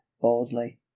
boldly